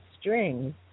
strings